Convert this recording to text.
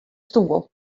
stoel